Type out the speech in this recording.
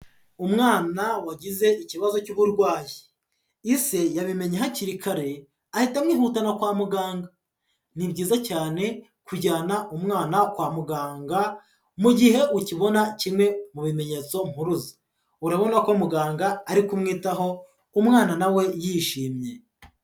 Umwana wagize ikibazo cy'uburwayi, ise yabimenye hakiri kare ahitamwihuta no kwa muganga, ni byiza cyane kujyana umwana kwa muganga, mu gihe ukibona kimwe mu bimenyetso mpuruza, urabona ko muganga ari kumwitaho umwana na we yishimye.